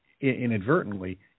inadvertently